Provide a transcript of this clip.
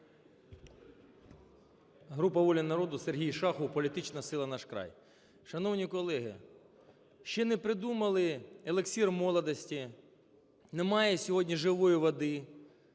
Група "Воля народу", Сергій Шахов, політична сила "Наш край". Шановні колеги, ще не придумали еліксир молодості, немає сьогодні живої води.